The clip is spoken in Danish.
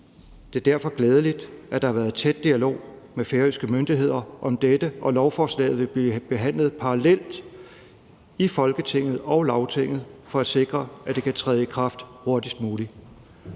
Det er derfor glædeligt, at der har været en tæt dialog med de færøske myndigheder om dette, og lovforslaget vil blive behandlet parallelt i Folketinget og Lagtinget for at sikre, at det kan træde i kraft hurtigst muligt.